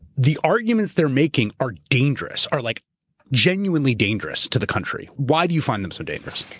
the arguments they're making are dangerous, are like genuinely dangerous to the country. why do you find them so dangerous?